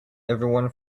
everyone